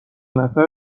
نفر